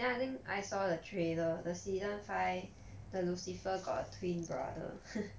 then I think I saw the trailer the season five the lucifer got a twin brother